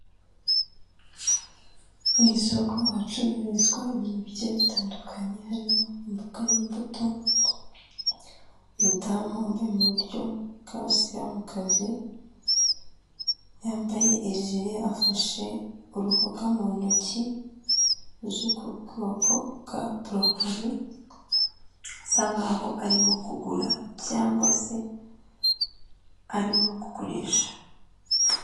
Mu isoko hacururizwa ibintu bigiye bitandukanye, harimo imboga n'imbuto, umudamu wambaye mu buryo bw'abasiramukazi yambaye ijire afashe uruboga mu ntoki ruzwi ku bwoko bwa burokori, asa nk'aho arimo kugura cyangwa se arimo kugurisha.